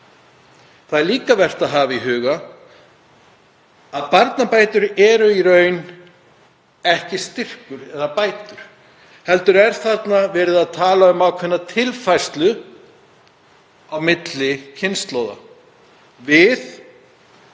er vert að hafa í huga að barnabætur eru í raun ekki styrkur eða bætur heldur er þarna verið að tala um ákveðna tilfærslu á milli kynslóða. Við